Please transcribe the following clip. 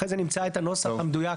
אחרי זה נמצא את הנוסח המדויק,